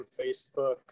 Facebook